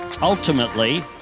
Ultimately